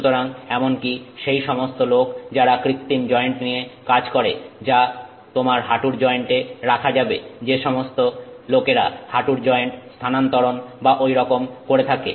সুতরাং এমনকি সেই সমস্ত লোক যারা কৃত্তিম জয়েন্ট নিয়ে কাজ করে যা তোমার হাঁটুর জয়েন্টে রাখা যাবে যে সমস্ত লোকেরা হাঁটুর জয়েন্ট স্থানান্তরণ বা ঐরকম করে থাকে